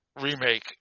remake